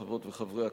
חברות וחברי הכנסת,